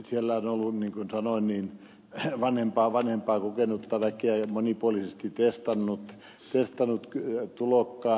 siellä on ollut niin kuin sanoin vanhempaa kokenutta väkeä joka on monipuolisesti testannut tulokkaan